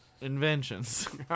inventions